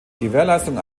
gewährleistung